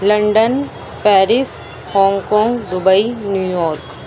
London Paris Hong Kong Dubai New York